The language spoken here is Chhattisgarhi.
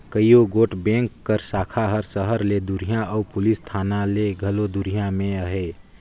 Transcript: कइयो गोट बेंक कर साखा हर सहर ले दुरिहां अउ पुलिस थाना ले घलो दुरिहां में अहे